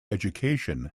education